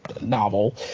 novel